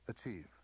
achieve